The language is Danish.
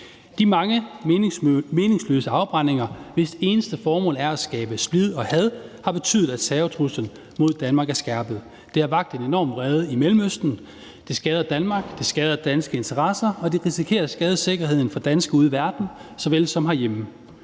De mange meningsløse afbrændinger, hvis eneste formål er at skabe splid og had, har betydet, at terrortruslen mod Danmark er skærpet. Det har vakt en enorm vrede i Mellemøsten, og det skader Danmark, det skader danske interesser, og det risikerer at skade sikkerheden for danskere ude i verden såvel som herhjemme.